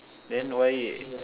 then why